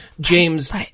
James